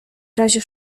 razie